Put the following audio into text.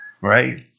right